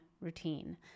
routine